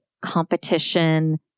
competition